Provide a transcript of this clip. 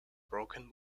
broken